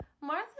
Martha